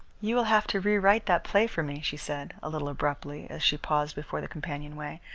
you will have to re-write that play for me, she said, a little abruptly, as she paused before the companionway.